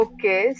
Okay